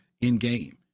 in-game